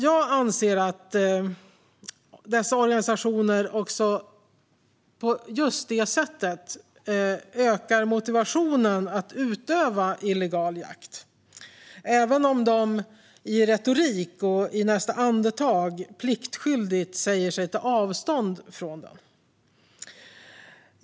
Jag anser att dessa organisationer också på just det sättet ökar motivationen att utöva illegal jakt, även om de i retoriken i nästa andetag pliktskyldigt säger sig ta avstånd från den.